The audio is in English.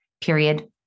Period